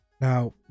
Now